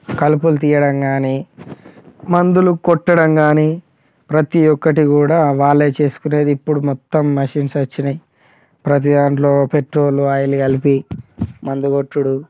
కల్పులు తీయడం కానీ మందులు కొట్టడం కానీ ప్రతి ఒకటి కూడా వాళ్ళు చేసుకునేది ఇప్పుడు మొత్తం మెషిన్స్ వచ్చినాయి ప్రతి దాంట్లో పెట్రోల్ ఆయిల్ కలిపి మందు కొట్టుడు